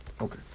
Okay